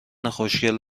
خوشکل